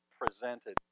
Presented